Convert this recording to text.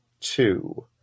Two